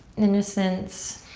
innocence,